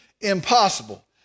impossible